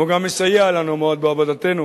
והוא גם מסייע לנו מאוד בעבודתנו.